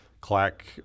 Clack